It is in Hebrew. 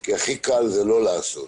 כי הכי קל זה לא לעשות.